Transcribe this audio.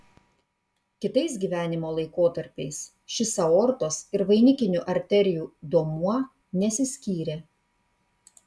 kitais gyvenimo laikotarpiais šis aortos ir vainikinių arterijų duomuo nesiskyrė